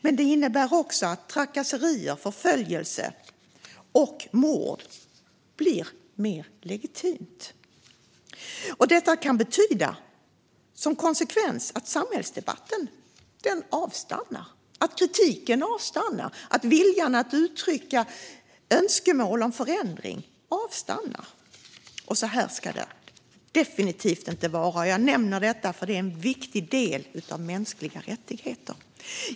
Det innebär också att trakasserier, förföljelse och mord blir mer legitimt. Detta kan få till konsekvens att samhällsdebatten, kritiken och viljan att uttrycka önskemål om förändring avstannar. Så ska det definitivt inte vara. Jag nämner detta för att det är en viktig del av mänskliga rättigheter.